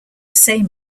same